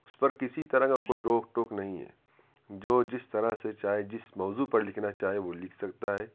اس پر کسی طرح کا كوئی روک ٹوک نہیں ہے جو جس طرح سے چاہے جس موضوع پر لکھنا چاہے وہ لکھ سکتا ہے